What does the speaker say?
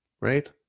Right